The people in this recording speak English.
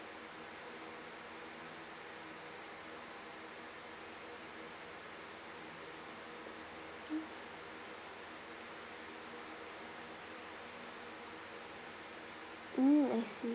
mm I see